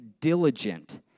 diligent